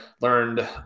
learned